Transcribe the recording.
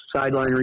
sideline